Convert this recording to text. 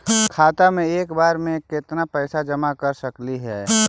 खाता मे एक बार मे केत्ना पैसा जमा कर सकली हे?